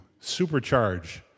supercharge